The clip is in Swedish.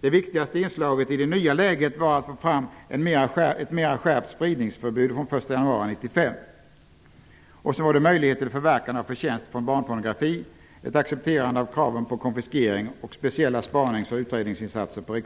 Det viktigaste inslaget i det nya läget var att få fram ett mer skärpt spridningsförbud fr.o.m. den 1 januari 1995, möjlighet till förverkande av förtjänster från barnpornografi, ett accepterande av kraven på konfiskering samt speciella spanings och utredningsinsatser på